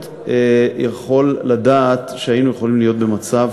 יכול לדעת שהיינו יכולים להיות במצב